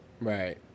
Right